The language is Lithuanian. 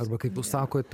arba kaip jūs sakot